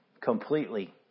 completely